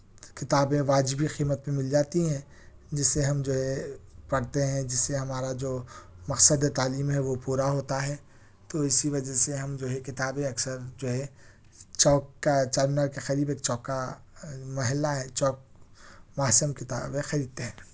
کتابیں واجبی قیمت پہ مل جاتی ہیں جس سے ہم جو ہے پڑھتے ہیں جس سے ہمارا جو مقصد تعلیم ہے وہ پورا ہوتا ہے تو اسی وجہ سے ہم جو ہے کتابیں اکثر جو ہے چوک کا چار مینار کے قریب ایک چوک کا محلہ ہے چوک وہاں سے ہم کتابیں خریدتے ہیں